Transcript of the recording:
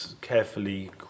carefully